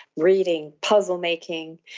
reading, puzzle-making.